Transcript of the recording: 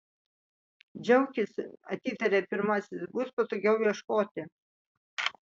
džiaukis atitarė pirmasis bus patogiau ieškoti